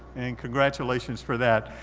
and congratulations for that.